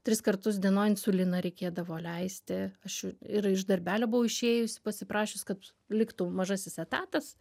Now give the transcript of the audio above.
tris kartus dienoj insuliną reikėdavo leisti aš ir iš darbelio buvo išėjus pasiprašius kad liktų mažasis etatas